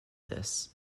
this